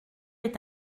est